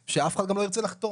שאף אחד גם לא ירצה לחתום.